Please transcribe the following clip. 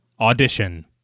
audition